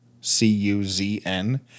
C-U-Z-N